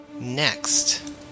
Next